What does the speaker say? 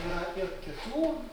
na ir kitų